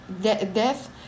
death